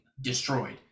destroyed